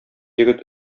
егет